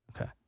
Okay